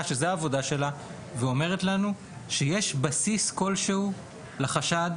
שזו העבודה שלה ואומרת לנו שיש בסיס כלשהו לחשד,